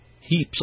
heaps